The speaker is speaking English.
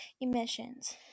emissions